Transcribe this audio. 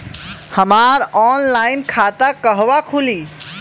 हमार ऑनलाइन खाता कहवा खुली?